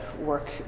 work